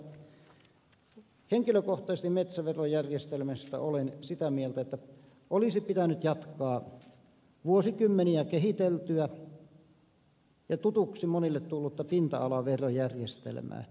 henkilökohtaisesti metsäverojärjestelmästä olen sitä mieltä että olisi pitänyt jatkaa vuosikymmeniä kehiteltyä ja monille tutuksi tullutta pinta alaverojärjestelmää